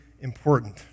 important